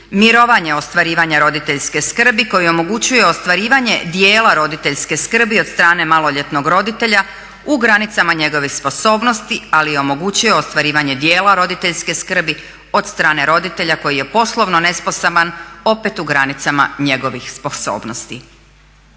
mirovanje ostvarivanja roditeljske skrbi koji omogućuje ostvarivanje dijela roditeljske skrbi od strane maloljetnog roditelja u granicama njegove sposobnosti, ali i omogućuje ostvarivanje dijela roditeljske skrbi od strane roditelja koji je poslovno nesposoban, opet u granicama njegovih sposobnosti.